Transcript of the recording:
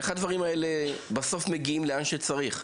איך הדברים האלה בסוף מגיעים לאן שצריך,